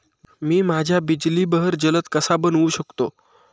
मी माझ्या बिजली बहर जलद कसा बनवू शकतो?